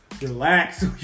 Relax